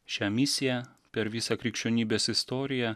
šią misiją per visą krikščionybės istoriją